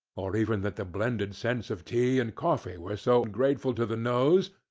or even that the blended scents of tea and coffee were so grateful to the nose,